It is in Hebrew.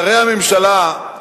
שרי הממשלה,